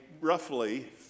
roughly